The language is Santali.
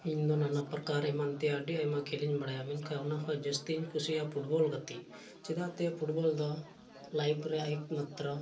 ᱤᱧᱫᱚ ᱱᱟᱱᱟ ᱯᱨᱚᱠᱟᱨ ᱮᱢᱟᱱ ᱛᱮᱭᱟᱜ ᱟᱹᱰᱤ ᱟᱭᱢᱟ ᱠᱷᱮᱞᱮᱧ ᱵᱟᱲᱟᱭᱟ ᱢᱮᱱᱠᱷᱟᱱ ᱚᱱᱟ ᱠᱷᱚᱱ ᱡᱟᱹᱥᱛᱤᱧ ᱠᱩᱥᱤᱭᱟᱜᱼᱟ ᱯᱷᱩᱴᱵᱚᱞ ᱜᱟᱛᱤᱜ ᱪᱮᱫᱟᱜ ᱥᱮ ᱯᱷᱩᱴᱵᱚᱞ ᱫᱚ ᱞᱟᱭᱤᱯᱷ ᱨᱮᱭᱟᱜ ᱮᱠ ᱢᱟᱛᱨᱚ